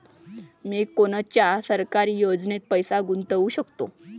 मी कोनच्या सरकारी योजनेत पैसा गुतवू शकतो?